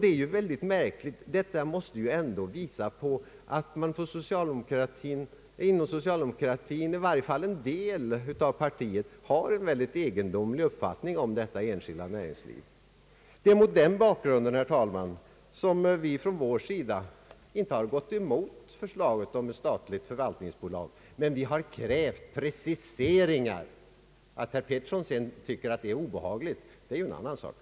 Detta är synnerligen märkligt och måste ändå betyda att en del av socialdemokratiska partiets medlemmar har en mycket egendomlig uppfattning om detta enskilda näringsliv. Herr talman! Mot denna bakgrund har vi från vår sida inte gått emot för slaget om ett statligt förvaltningsbolag, men vi har krävt preciseringar. Det är en annan sak att herr Bertil Petersson tycker att det är obehagligt.